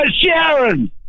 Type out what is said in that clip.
Sharon